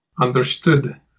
understood